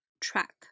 track